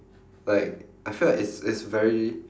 like I feel like it's it's very